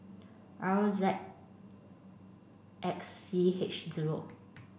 R Z X C H zero